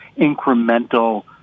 incremental